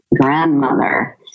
grandmother